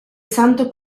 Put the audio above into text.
santo